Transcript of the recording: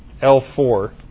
L4